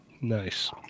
Nice